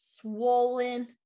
swollen